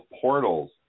portals